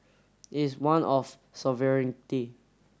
is one of sovereignty